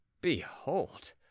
behold